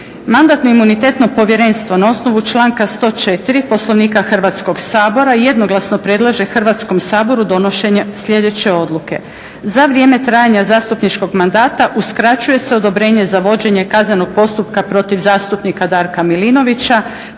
Mandatno-imunitetno povjerenstvo na osnovu članka 104. poslovnika Hrvatskog sabora jednoglasno predlaže Hrvatskom saboru donošenje sljedeće odluke. Za vrijeme trajanja zastupničkog mandata uskraćuje se odobrenje za vođenje kaznenog postupka protiv zastupnika Darka Milinovića